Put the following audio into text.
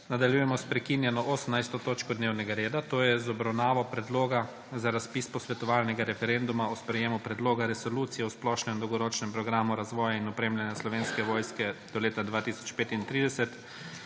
Nadaljujemo sprekinjeno 18. točko dnevnega reda, to je z obravnavo Predloga za razpis posvetovalnega referenduma o sprejemu Predloga resolucije o splošnem dolgoročnem programu razvoja in opremljanja Slovenske vojske do leta 2035.